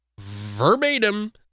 verbatim